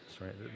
right